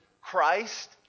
Christ